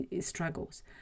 struggles